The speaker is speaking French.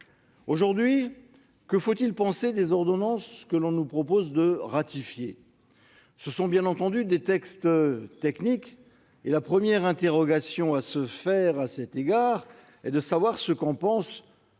Aujourd'hui, que faut-il penser des ordonnances que l'on nous propose de ratifier ? Ce sont bien entendu des textes techniques, et la première interrogation à cet égard est de savoir ce qu'en pensent